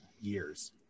Years